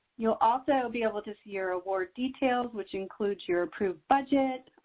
you'll also be able to see your award details, which includes your approved budget,